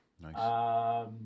Nice